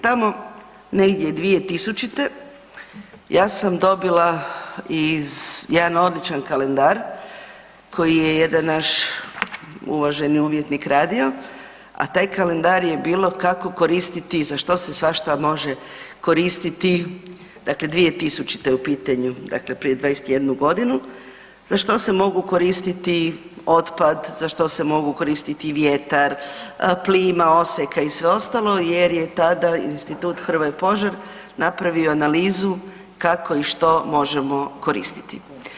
Tamo negdje 2000., ja sam dobila jedan odličan kalendar koji je jedan naš uvaženi umjetnik radio a taj kalendar je bilo kako koristiti i za što se svašta može koristiti dakle 2000. je u pitanje, dakle prije 21 g., za što se mogu koristiti otpad, za što se mogu koristiti vjetar, plima, oseka i sve ostalo jer je tada Institut Hrvoje Požar napravio analizu kako i što možemo koristiti.